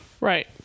Right